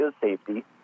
safety